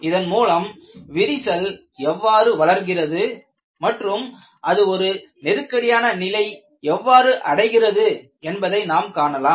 இதன் மூலம் விரிசல் எவ்வாறு வளர்கிறது மற்றும் அது ஒரு நெருக்கடியான நிலை எவ்வாறு அடைகிறது என்பதை நாம் காணலாம்